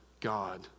God